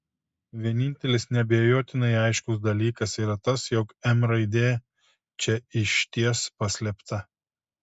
vienintelis neabejotinai aiškus dalykas yra tas jog m raidė čia išties paslėpta